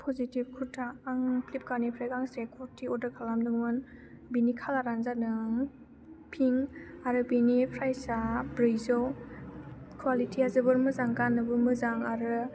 positive kurta आं फ्लिपकार्टनिफ्राय गांसे कुरति अर्डार खालामदोंमोन बिनि कालारानो जादों पिंक आरो बिनि प्राइसा ब्रैजौ क्वालिटिया जोबोर मोजां गाननोबो मोजां आरो